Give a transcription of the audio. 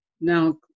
now